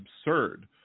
absurd